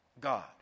God